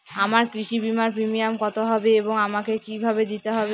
আমার কৃষি বিমার প্রিমিয়াম কত হবে এবং আমাকে কি ভাবে দিতে হবে?